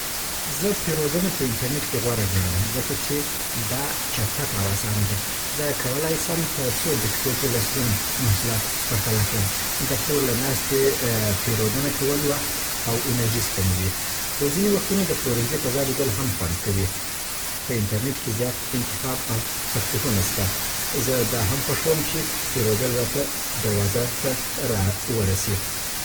زه پېرودنه په انټرنېټ کې غوره ګڼم، ځکه چې دا چټکه او اسانه ده. زه کولی سم په څو دقیقو کې لسګونه محصولات پرتله کړم. د کور له ناستې پېرودنه کول وخت او انرژي سپموي. خو ځینې وختونه د پلورنځي فضا لیدل هم خوند کوي. په انټرنېټ کې زیات انتخاب او تخفیفونه سته. زه دا هم خوښوم چې پېرودل راته دروازه ته راورسي